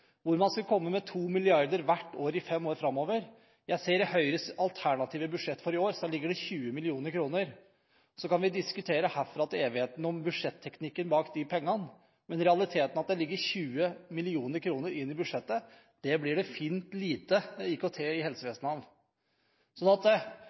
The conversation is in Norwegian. hvor man skulle komme med 2 mrd. kr hvert år i fem år framover. Jeg ser at i Høyres alternative budsjett for i år ligger det 20 mill. kr. Så kan vi diskutere herfra til evigheten budsjetteknikken bak de pengene. Men realiteten, at det ligger 20 mill. kr inne i budsjettet, blir det fint lite IKT i